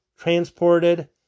transported